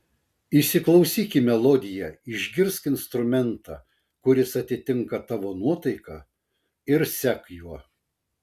įsiklausyk į melodiją išgirsk instrumentą kuris atitinka tavo nuotaiką ir sek juo